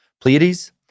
Pleiades